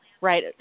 right